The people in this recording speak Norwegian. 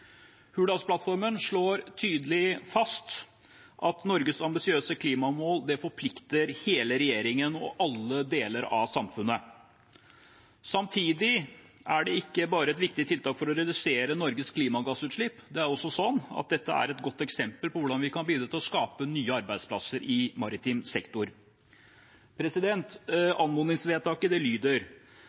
slår tydelig fast at Norges ambisiøse klimamål forplikter hele regjeringen og alle deler av samfunnet. Samtidig er det ikke bare et viktig tiltak for å redusere Norges klimagassutslipp; dette er også et godt eksempel på hvordan vi kan bidra til å skape nye arbeidsplasser i maritim sektor. Anmodningsvedtaket lyder: «Stortinget ber regjeringen legge til grunn at anbud i fylkeskommunal ferje- og båttrafikk så langt det